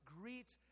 greet